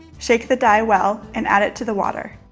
shake the dye well and add it to the water.